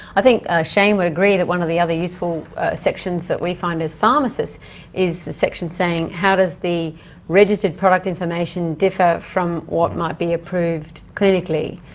i think shane would agree that one of the other useful sections that we find as pharmacists is the section saying, how does the registered product information differ from what might be approved clinically.